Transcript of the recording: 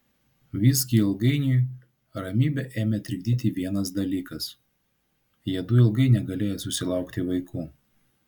visgi ilgainiui ramybę ėmė trikdyti vienas dalykas jiedu ilgai negalėjo susilaukti vaikų